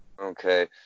Okay